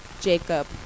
Jacob